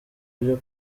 byo